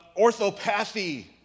Orthopathy